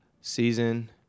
Season